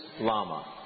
Lama